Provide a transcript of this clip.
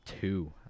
two